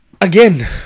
Again